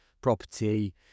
property